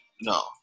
No